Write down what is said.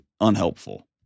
unhelpful